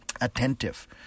attentive